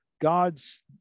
God's